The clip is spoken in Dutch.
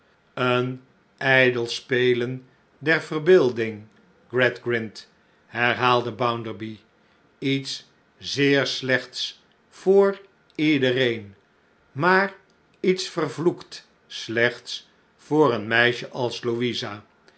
een ijdel spelen der verbeelding gradgrind herhaalde bounderby iets zeer slechts voor iedereen maar iets vervloekt slechts voor een meisje als louisa